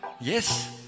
Yes